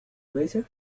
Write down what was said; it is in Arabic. بيتك